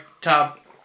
top